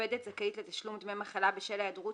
עובדת זכאית לתשלום דמי מחלה בשל היעדרות